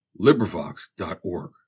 LibriVox.org